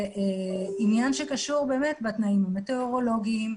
זה עניין שקשור בתנאים המטאורולוגים,